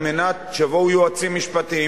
שיבואו יועצים משפטיים,